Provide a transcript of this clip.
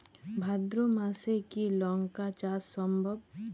ভাদ্র মাসে কি লঙ্কা চাষ সম্ভব?